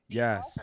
yes